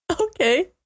okay